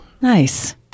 Nice